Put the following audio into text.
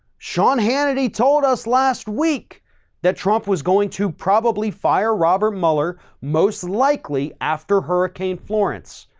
sean hannity told us last week that trump was going to probably fire robert mueller most likely after hurricane florence.